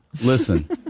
Listen